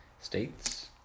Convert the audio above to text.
States